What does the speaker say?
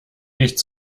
nicht